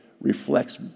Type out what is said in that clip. reflects